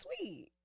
sweet